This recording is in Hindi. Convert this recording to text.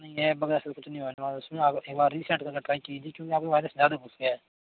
नहीं है बगैर से कुछ नहीं होने वाला इसमें आप एक बार रिसेट करके ट्राई कीजिए क्योंकि आपके वायरस ज्यादा घुस गया है